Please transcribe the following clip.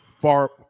far